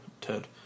Ted